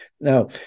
Now